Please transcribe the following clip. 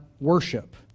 worship